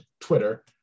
Twitter